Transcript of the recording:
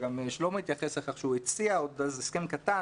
וגם שלמה התייחס לכך שהוא הציע הסכם קטן,